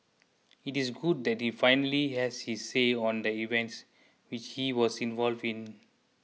it is good that he finally has his say on the events which he was involved in